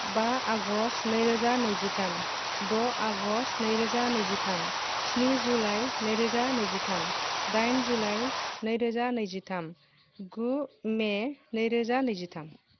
बा आगष्ट' नैरोजा नैजिथाम द' आगष्ट' नैरोजा नैजिथाम स्नि जुलाइ नैरोजा नैजिथाम दाइन जुलाइ नैरोजा नैजिथाम गु मे नैरोजा नैजिथाम